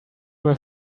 were